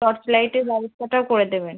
torch লাইটের ব্যবস্থাটাও করে দেবেন